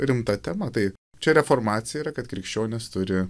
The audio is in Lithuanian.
rimta tema tai čia reformacija yra kad krikščionys turi